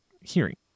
hearing